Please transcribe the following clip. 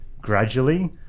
gradually